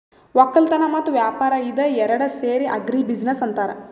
ವಕ್ಕಲತನ್ ಮತ್ತ್ ವ್ಯಾಪಾರ್ ಇದ ಏರಡ್ ಸೇರಿ ಆಗ್ರಿ ಬಿಜಿನೆಸ್ ಅಂತಾರ್